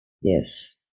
Yes